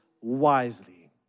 wisely